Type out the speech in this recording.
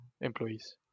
employees